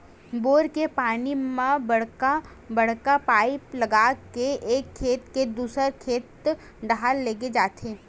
bore के पानी ल बड़का बड़का पाइप लगा के एक खेत ले दूसर खेत डहर लेगे जाथे